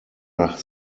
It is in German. nach